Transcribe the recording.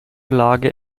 lage